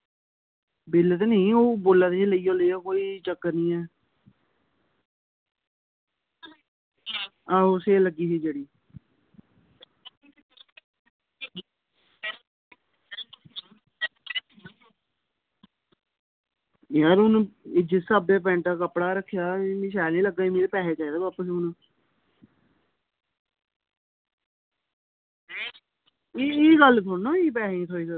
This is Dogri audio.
बिल्ल ते नेईं ऐ ओह् बोला दे हे लेई जाओ लेई जाओ कोई चक्कर नेईं ऐ हां ओह् सेल लग्गी दी ही जेह्ड़ी यार हून जिस स्हाब दा पैंटा दा कपड़ा रक्खे दा हा शैल निं लग्गे मिगी पैसे चाहिदे बापस हून एह् गल्ल थोह्ड़े होई नां पैसें दी